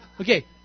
Okay